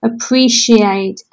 appreciate